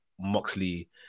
Moxley